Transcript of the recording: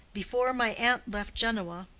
before my aunt left genoa,